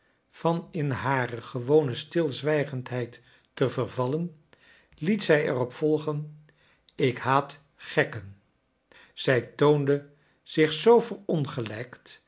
van in hare gewone stilzwijgendheid te vervallen liet zij er op volgen lk haat gekken zij toonde zich zoo